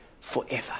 forever